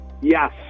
Yes